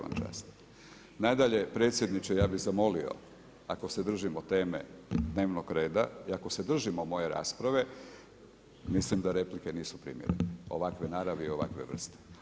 Nadalje, predsjedniče ja bih zamolio ako se držimo teme dnevnog reda i ako se držimo moje rasprave, mislim da replike nisu primjerene ovakve naravi i ovakve vrste.